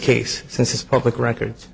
case since his public records